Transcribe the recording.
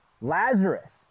Lazarus